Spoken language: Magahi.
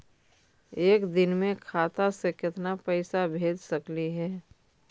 एक दिन में खाता से केतना पैसा भेज सकली हे?